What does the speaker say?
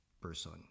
person